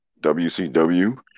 WCW